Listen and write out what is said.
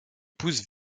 poussent